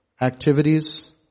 activities